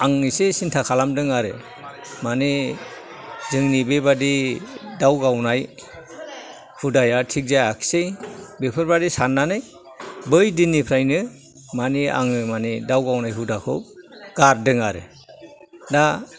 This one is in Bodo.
आं एसे सिन्था खाालमदों आरो माने जोंनि बेबादि दाव गावनाय हुदाया थिग जायाखिसै बेफोरबादि साननानै बै दिननिफ्रानो मानि आङो दाव गावनाय हुदाखौ गारदों आरो दा